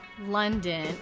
London